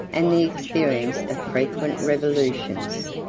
and the experience of frequent revolutions.